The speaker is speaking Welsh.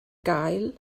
gael